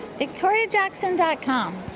VictoriaJackson.com